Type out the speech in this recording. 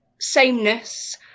Sameness